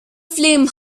flame